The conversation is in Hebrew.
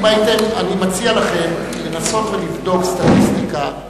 אני מציע לכם לנסות ולבדוק סטטיסטיקה,